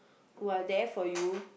who are there for you